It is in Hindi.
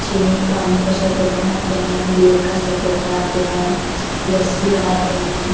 चीनी पानी का शरबत बनाते हैं बेल का शरबत बनाते हैं लस्सी बनाते हैं